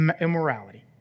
immorality